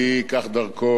הנה אני אומר לכם,